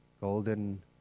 golden